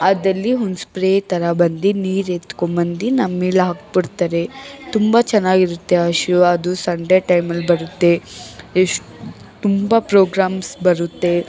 ಅದಲ್ಲಿ ಒಂದು ಸ್ಪ್ರೇ ಥರ ಬಂದು ನೀರು ಎತ್ತ್ಕೊಂಡು ಬಂದು ನಮ್ಮೇಲೆ ಹಾಕಿಬಿಡ್ತಾರೆ ತುಂಬ ಚೆನ್ನಾಗಿರುತ್ತೆ ಆ ಶೋ ಅದು ಸಂಡೇ ಟೈಮಲ್ಲಿ ಬರುತ್ತೆ ಎಷ್ಟು ತುಂಬ ಪ್ರೋಗ್ರಾಮ್ಸ್ ಬರುತ್ತೆ